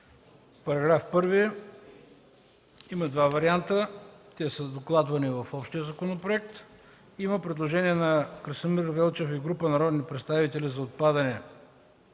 По § 1 има два варианта, те са докладвани в общия законопроект. Има предложение от Красимир Велчев и група народни представители за отпадане